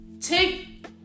Take